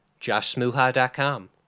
joshsmuha.com